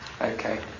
Okay